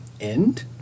end